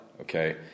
Okay